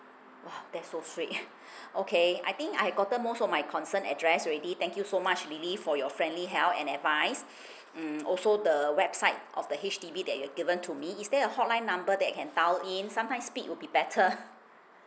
!wah! that's okay I think I gotten most of my concern address already thank you so much lily for your friendly help and advice mm also the website of the H_D_B that you've given to me is there a hotline number that I can dial in sometime speak would be better